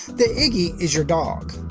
the iggy is your dog.